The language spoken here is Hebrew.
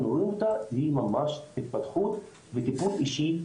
רואים אותה היא ממש התפתחות וטיפול אישי